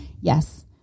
yes